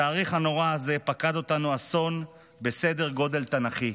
בתאריך הנורא הזה פקד אותנו אסון בסדר גודל תנ"כי.